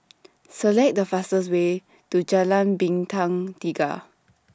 Select The fastest Way to Jalan Bintang Tiga